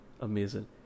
amazing